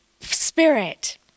spirit